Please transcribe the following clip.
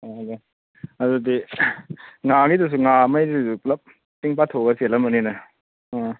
ꯑꯗꯨꯗꯤ ꯉꯥꯒꯤꯗꯨꯁꯨ ꯉꯥ ꯃꯩꯗꯨꯁꯨ ꯄꯨꯂꯞ ꯏꯁꯤꯡ ꯄꯥꯊꯣꯛꯂꯒ ꯆꯦꯜꯂꯝꯃꯅꯤꯅꯦ ꯑꯥ